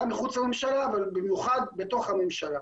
גם מחוץ לממשלה אבל במיוחד בתוך הממשלה,